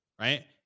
right